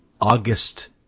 August